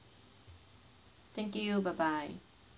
thank you bye bye